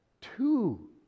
two